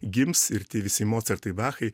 gims ir visi mocartai bachai